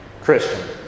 Christian